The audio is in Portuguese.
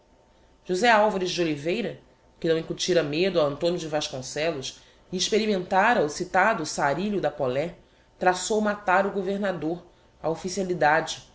josé alvares de oliveira que não incutira medo a antonio de vasconcellos e experimentára o citado sarilho da polé traçou matar o governador a officialidade